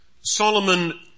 Solomon